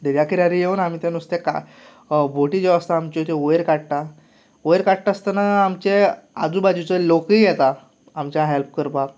दर्या किनारेर येवन आमीं तें नुस्तें काड बोटी ज्यो आसता आमच्यो वयर काडटा वयर काडटा आसतना आमचे आजुबाजूचे लोकय येतात आमकां हेल्प करपाक